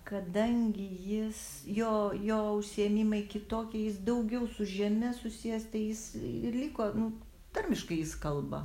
kadangi jis jo jo užsiėmimai kitoki jis daugiau su žeme susijęs tai jis ir liko nu tarmiškai jis kalba